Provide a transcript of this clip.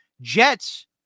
Jets